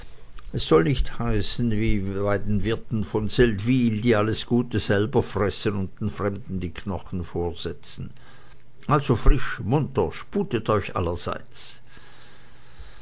es soll nicht heißen wie von den wirten zu seldwyl die alles gute selber fressen und den fremden die knochen vorsetzen also frisch munter sputet euch allerseits